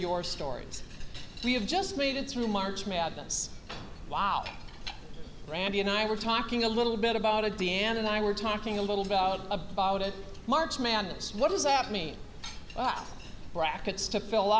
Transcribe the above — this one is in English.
your stories we have just made it through march madness wow randy and i were talking a little bit about a d and i were talking a little bit about it march madness what does that mean brackets to fill